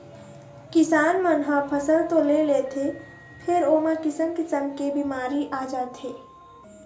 किसान मन ह फसल तो ले लेथे फेर ओमा किसम किसम के बिमारी आ जाथे